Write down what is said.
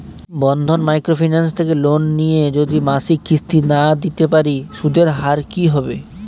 বন্ধন micro finance থেকে loan নিয়ে যদি মাসিক কিস্তি না দিতে পারি সুদের হার কি হবে?